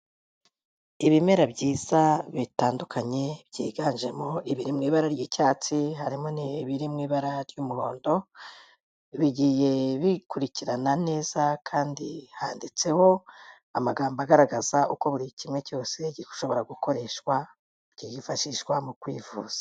Ibimera byiza bitandukanye byiganjemo ibiri mu ibara ry'icyatsi, harimo n'ibiri mu ibira ry'umuhondo bigiye bikurikirana neza kandi handitseho amagambo agaragaza uko buri kimwe cyose gishobora gukoreshwa, byifashishwa mu kwivuza.